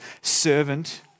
servant